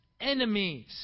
enemies